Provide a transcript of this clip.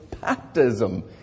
baptism